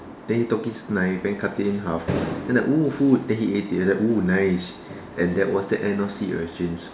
then he took his knife and cut it in half then like !woo! food then he ate it then like !woo! nice and that was the end of sea urchins